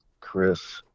Chris